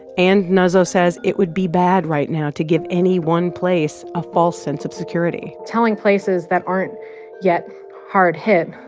and, nuzzo says, it would be bad right now to give any one place a false sense of security telling places that aren't yet hard hit,